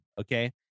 Okay